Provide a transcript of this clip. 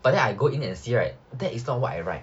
but then I go in and see right that is not what I write